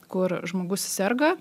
kur žmogus serga